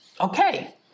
okay